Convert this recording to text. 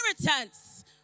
inheritance